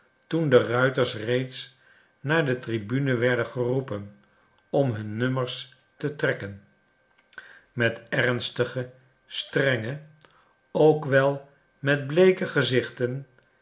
toen de ruiters reeds naar de tribune werden geroepen om hun nummers te trekken met ernstige strenge ook wel met bleeke gezichten